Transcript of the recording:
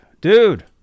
dude